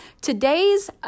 today's